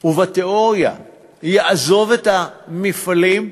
ובתיאוריה יעזוב את המפעלים,